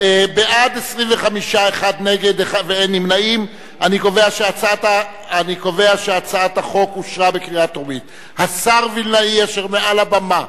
ההצעה להעביר את הצעת חוק יום הזיכרון לחללי מערכות ישראל (תיקון,